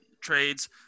trades